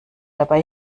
dabei